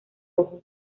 ojo